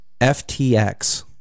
FTX